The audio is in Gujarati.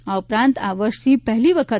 આ ઉપરાંત આ વર્ષથી પહેલી વખત